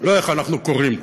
לא איך אנחנו קוראים,